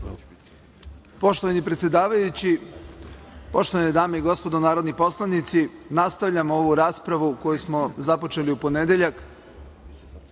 Poštovani predsedavajući, poštovane dame i gospodo narodni poslanici, nastavljamo ovu raspravu koju smo započeli u ponedeljak.